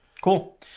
Cool